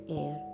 air